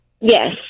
Yes